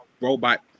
robot